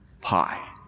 pie